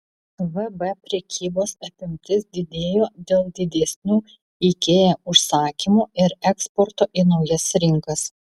vb prekybos apimtis didėjo dėl didesnių ikea užsakymų ir eksporto į naujas rinkas